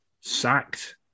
sacked